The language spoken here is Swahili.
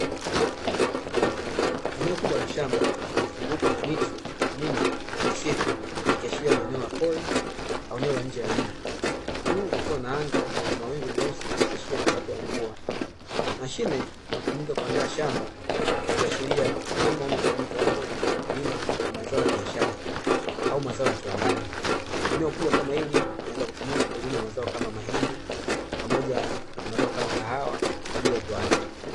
Eneo kubwa la shamba lililozungukwa na miti mingi na misitu, likiashiria ni eneo la pori au eneo la nje ya mji juu kukiwa na anga lenye mawingu meusi likiashiria wakati wa mvua, mashine inayotumika kuandaa mashamba ikiashiria ukulima unaofanyika hapo ni ukulima wa mazao ya biashara au mazao ya viwandani, eneo kubwa kama hili hutumika kulima mazao kama mahindi pamoja na mazao kama kahawa kwaajili ya viwanda.